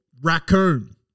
Raccoon